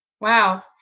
Wow